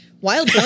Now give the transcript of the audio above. Wild